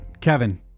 Kevin